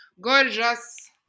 Gorgeous